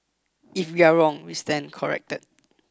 if we are wrong we stand corrected